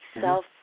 self